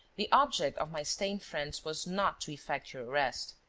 the object of my stay in france was not to effect your arrest.